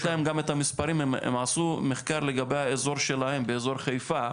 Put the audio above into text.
הם עשו מחקר לגבי האזור שלהם באזור חיפה.